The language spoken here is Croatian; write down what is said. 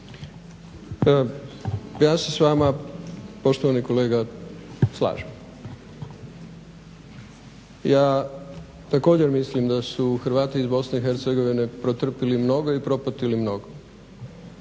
Ja se s vama poštovani kolega slažem. Ja također mislim da su Hrvati iz BiH protrpili mnogo i propatili mnogo,